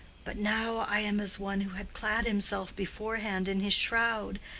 but now i am as one who had clad himself beforehand in his shroud,